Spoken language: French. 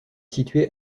situé